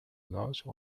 large